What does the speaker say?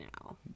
now